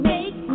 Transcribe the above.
Make